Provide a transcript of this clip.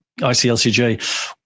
ICLCJ